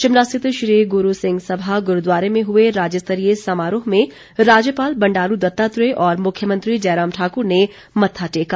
शिमला स्थित श्री गुरू सिंह सभा गुरूद्वारे में हुए राज्यस्तरीय समारोह में राज्यपाल बंडारू दत्तात्रेय और मुख्यमंत्री जयराम ठाकुर ने मत्था टेका